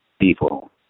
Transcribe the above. people